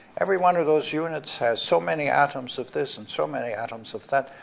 every one of those units has so many atoms of this and so many atoms of that,